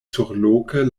surloke